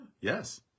Yes